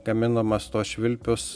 gaminamas tuos švilpius